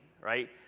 right